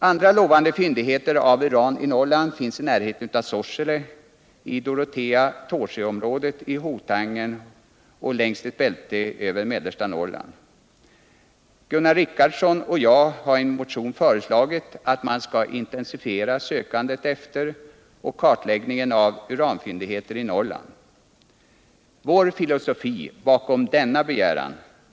Andra lovande fyndigheter av uran i Norrland finns i närheten av Sorsele, i Dorotea-Tåsjöområdet, i Hotagen och längs ett bälte över mellersta Norrland. Gunnar Richardson och jag har i en motion föreslagit att man skall intensifiera sökandet efter och kartläggningen av uranfyndigheter i Norrland. Vår filosofi bakom denna begäran.